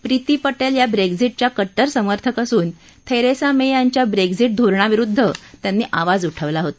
प्रीती पटेल या ब्रेश्झिटच्या कट्टर समर्थक असून थेरेसा मे यांच्या ब्रेश्झिट धोरणाविरुद्ध त्यांनी आवाज उठवला होता